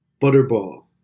butterball